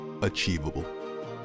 achievable